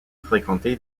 fréquenté